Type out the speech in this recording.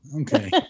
Okay